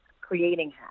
creating